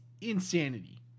insanity